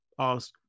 ask